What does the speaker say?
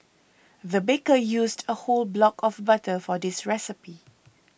the baker used a whole block of butter for this recipe